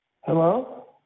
Hello